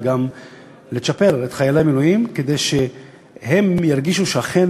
וגם לצ'פר את חיילי המילואים כדי שהם ירגישו שאכן